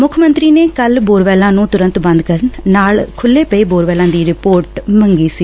ਮੁੱਖ ਮੰਤਰੀ ਨੇ ਕੱਲ ਬੋਰਵੈਲਾਂ ਨੂੰ ਤੁਰੰਤ ਬੰਦ ਕਰਨ ਨਾਲ ਖੁਲੂਂ ਪਏ ਬੋਰਵੈਲਾਂ ਦੀ ਰਿਪੋਰਟ ਮੰਗੀ ਸੀ